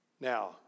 Now